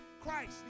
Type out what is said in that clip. Christ